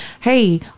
hey